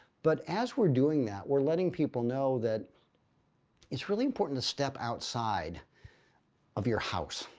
but as we're doing that, we're letting people know that it's really important to step outside of your house,